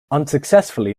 unsuccessfully